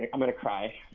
i'm i'm gonna cry.